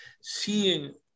seeing